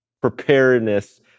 preparedness